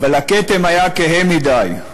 אבל הכתם היה כהה מדי",